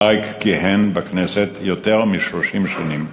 אריק כיהן בכנסת יותר מ-30 שנים.